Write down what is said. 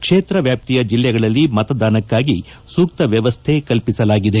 ಕ್ಷೇತ್ರ ವ್ಯಾಪ್ತಿಯ ಜಿಲ್ಲೆಗಳಲ್ಲಿ ಮತದಾನಕ್ಕಾಗಿ ಸೂಕ್ತ ವ್ಯವಸ್ಥೆ ಕಲ್ಪಿಸಲಾಗಿದೆ